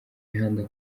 mihanda